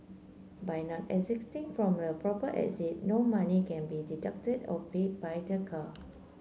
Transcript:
by not exiting from the proper exit no money can be deducted or paid by the car